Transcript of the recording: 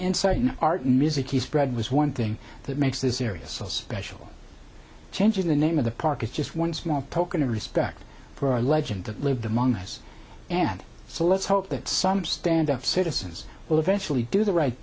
an art and music is spread was one thing that makes this area so special changing the name of the park is just one small token of respect for a legend that lived among us and so let's hope that some stand of citizens will eventually do the right